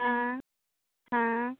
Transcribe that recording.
हाँ हाँ